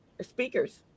speakers